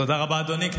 תודה רבה, אדוני.